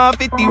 50